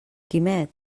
quimet